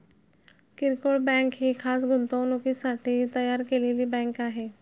किरकोळ बँक ही खास गुंतवणुकीसाठी तयार केलेली बँक आहे